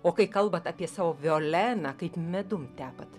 o kai kalbat apie savo violeną kaip medum tepat